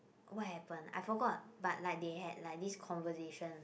what happen I forgot but like they had like this conversation